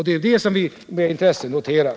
Det är detta vi med intresse noterar.